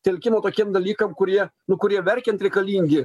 telkimo tokiem dalykam kurie nu kurie verkiant reikalingi